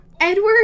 Edward